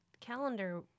calendar